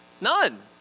None